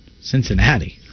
Cincinnati